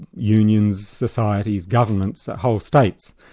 unions, societies, governments, whole states,